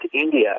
India